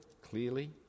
clearly